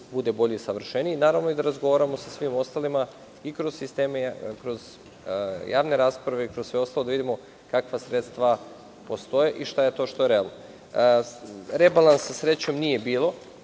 bude bolji i savršeniji i da razgovaramo sa svima ostalim i kroz javne rasprave i kroz sve ostalo, da vidimo kakva sredstva postoje i šta je to što je realno. Rebalans srećom nije bio